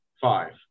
Five